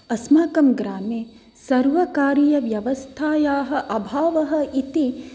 अस्माकं ग्रामे सर्वकारीयव्यवस्थायाः अभावः इति